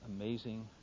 amazing